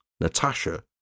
Natasha